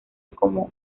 como